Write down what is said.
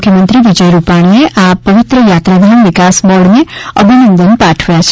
મુખ્યમંત્રી વિજય રૂપાણીએ આ પવિત્ર યાત્રાધામ વિકાસ બોર્ડને અભિનંદન પાઠવ્યા છે